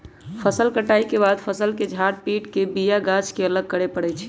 फसल कटाइ के बाद फ़सल के झार पिट के बिया गाछ के अलग करे परै छइ